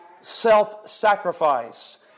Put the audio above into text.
self-sacrifice